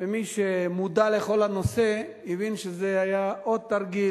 ומי שמודע לכל הנושא הבין שזה היה עוד תרגיל,